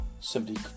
simply